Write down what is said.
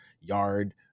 yard